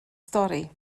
stori